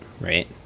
right